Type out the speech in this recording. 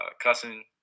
cussing